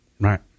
Right